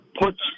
puts